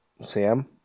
Sam